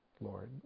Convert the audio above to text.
Lord